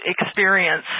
experience